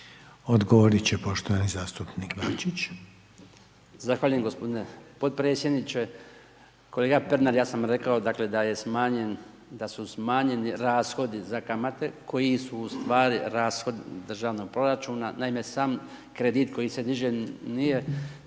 Odgovorit će poštovani zastupnik Bačić. **Bačić, Branko (HDZ)** Zahvaljujem gospodine potpredsjedniče. Kolega Pernar, ja sam rekao dakle da su smanjeni rashodi za kamate koji ustvari rashod državnog proračuna, naime sam kredit koji se diže ne